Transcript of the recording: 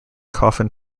coffin